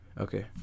Okay